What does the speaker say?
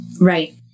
Right